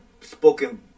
spoken